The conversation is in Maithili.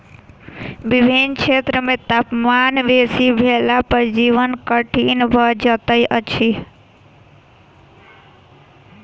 विभिन्न क्षेत्र मे तापमान बेसी भेला पर जीवन कठिन भ जाइत अछि